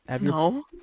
no